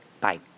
Bye